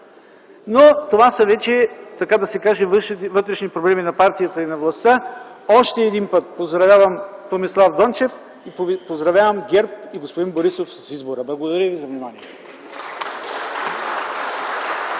Но това са вече вътрешни проблеми на партията и на властта. Още един път поздравявам Томислав Дончев! Поздравявам ГЕРБ и господин Борисов с избора! Благодаря ви за вниманието.